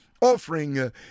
offering